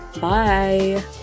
Bye